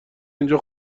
اینجا